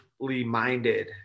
minded